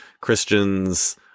Christians